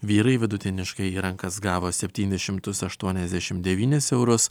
vyrai vidutiniškai į rankas gavo septynis šimtus aštuoniasdešimt devynis eurus